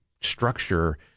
structure